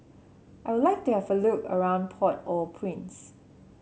I would like to have a look around Port Au Prince